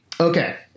Okay